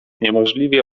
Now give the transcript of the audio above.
niemożliwie